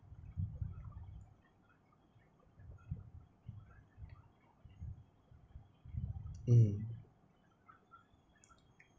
mmhmm